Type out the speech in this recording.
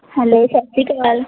hello ਸਤਿ ਸ਼੍ਰੀ ਅਕਾਲ